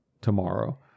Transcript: tomorrow